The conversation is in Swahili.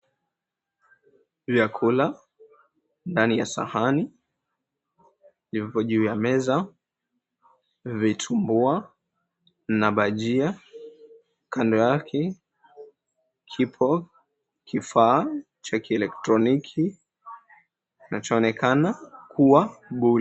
Vyakula ndani ya sahani vipo juu ya meza vitumbua na bajia. Kando yake kipo kifaa cha kielektroniki kinachoonekana kuwa bui.